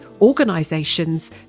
organisations